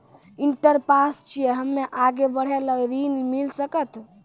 Inter pass छी हम्मे आगे पढ़े ला ऋण मिल सकत?